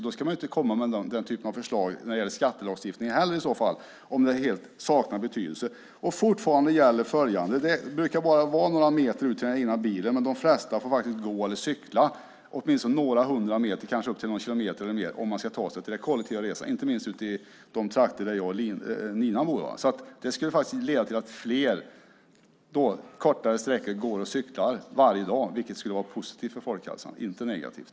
Om det helt saknar betydelse ska man inte komma med den typen av förslag när det gäller skattelagstiftningen heller. Fortfarande gäller följande. Det brukar bara vara några meter ut till den egna bilen, men de flesta får faktiskt gå eller cykla åtminstone några hundra meter och kanske upp till någon kilometer om de ska ta sig till det kollektiva resande, inte minst i de trakter där jag och Nina bor. Det skulle leda till att fler går och cyklar kortare sträckor varje dag, vilket skulle vara positivt för folkhälsan, inte negativt.